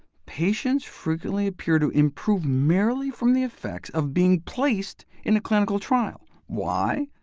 patients frequently appear to improve merely from the effects of being placed in a clinical trial. why?